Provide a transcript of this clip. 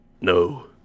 no